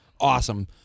Awesome